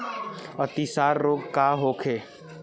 अतिसार रोग का होखे?